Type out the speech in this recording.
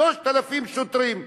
3,000 שוטרים.